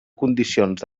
condicions